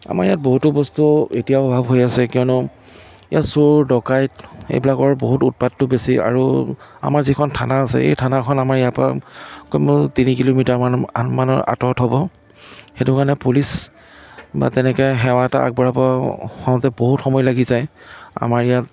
আমাৰ ইয়াত বহুতো বস্তু এতিয়াও অভাৱ হৈ আছে কিয়নো ইয়াত চোৰ ডকাইত এইবিলাকৰ বহুত উৎপাতটো বেছি আৰু আমাৰ যিখন থানা আছে এই থানাখন আমাৰ ইয়াৰ পৰা কমেও তিনি কিল'মিটাৰমান মানৰ আঁতৰত হ'ব সেইটো কাৰণে পুলিচ বা তেনেকৈ সেৱা এটা আগবঢ়াব হওতে বহুত সময় লাগি যায় আমাৰ ইয়াত